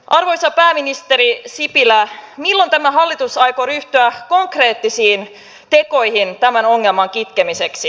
arvoisa pääministeri sipilä milloin tämä hallitus aikoo ryhtyä konkreettisiin tekoihin tämän ongelman kitkemiseksi